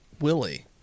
Willie